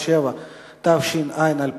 נגד, אין, נמנעים, אין.